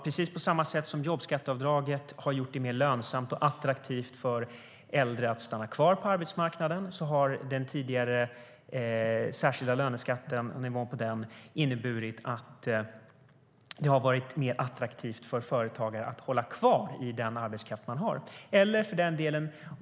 Precis på samma sätt som jobbskatteavdraget har gjort det mer lönsamt och attraktivt för äldre att stanna kvar på arbetsmarknaden har nivån på den tidigare särskilda löneskatten inneburit att det har varit mer attraktivt för företagare att hålla kvar den arbetskraft man har.